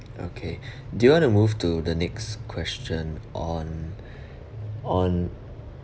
okay do you want to move to the next question on on